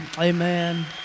Amen